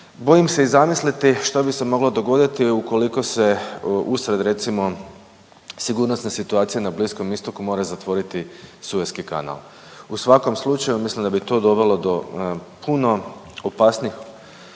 Bojim se i zamisliti što bi se moglo dogoditi ukoliko se usred recimo sigurnosne situacije na Bliskom istoku mora zatvoriti Sueski kanal. U svakom slučaju mislim da bi to dovelo do puno opasnijih